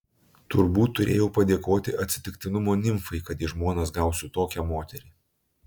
turbūt turėjau padėkoti atsitiktinumo nimfai kad į žmonas gausiu tokią moterį